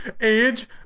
Age